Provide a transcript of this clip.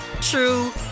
true